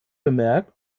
bemerkt